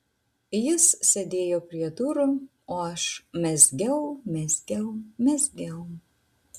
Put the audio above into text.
jis sėdėjo prie durų o aš mezgiau mezgiau mezgiau